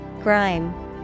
Grime